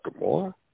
more